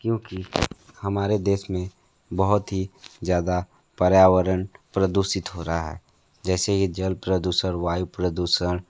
क्योंकि हमारे देस में बहुत ही ज़्यादा पर्यावरण प्रदूषित हो रहा है जैसे यह जल प्रदूषण वायु प्रदूषण